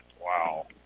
Wow